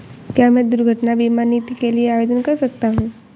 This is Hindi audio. क्या मैं दुर्घटना बीमा नीति के लिए आवेदन कर सकता हूँ?